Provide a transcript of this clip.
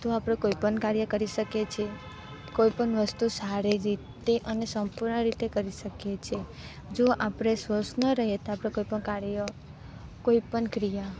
તો આપણે કોઈપણ કાર્ય કરી શકીએ છીએ કોઈપણ વસ્તુ સારી રીતે અને સંપૂર્ણ રીતે કરી શકીએ છીએ છીએ જો આપણે સ્વસ્થ ન રહીએ તો આપણે કોઈપણ કાર્ય કોઈપણ ક્રિયા